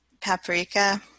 paprika